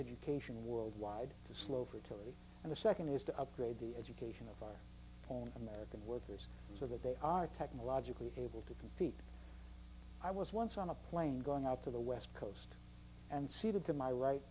education worldwide to slow fertility and the second is to upgrade the education of our own american workers so that they are technologically able to compete i was once on a plane going up to the west coast and seated to my right